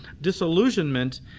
disillusionment